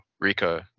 rico